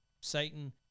Satan